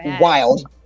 wild